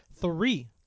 three